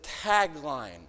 tagline